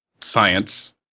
science